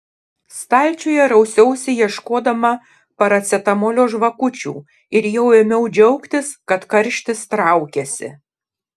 stalčiuje rausiausi ieškodama paracetamolio žvakučių ir jau ėmiau džiaugtis kad karštis traukiasi